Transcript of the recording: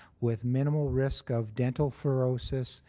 with minimal risk of dental fluordosis.